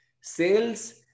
Sales